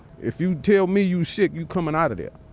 if you tell me you sick, you coming out of there